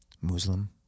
Muslim